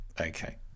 Okay